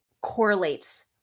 correlates